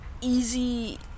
easy